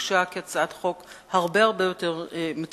הוגשה כהצעת חוק הרבה יותר מצומצמת.